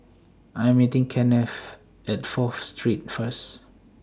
I Am meeting Kennith At Fourth Street First